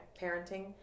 parenting